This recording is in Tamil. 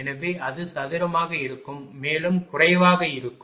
எனவே அது சதுரமாக இருக்கும் மேலும் குறைவாக இருக்கும்